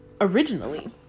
originally